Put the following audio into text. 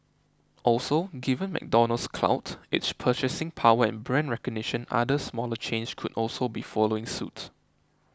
also given McDonald's clout its purchasing power and brand recognition other smaller chains could also be following suit